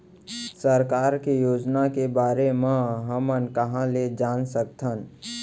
सरकार के योजना के बारे म हमन कहाँ ल जान सकथन?